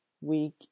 week